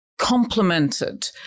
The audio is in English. complemented